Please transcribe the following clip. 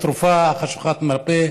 בתרופה למחלה חשוכת המרפא.